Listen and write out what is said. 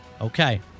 Okay